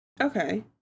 Okay